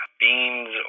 beans